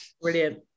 Brilliant